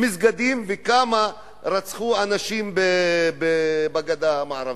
כמה מסגדים שרפו וכמה אנשים רצחו בגדה המערבית?